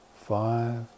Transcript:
five